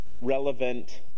relevant